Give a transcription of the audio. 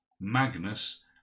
Magnus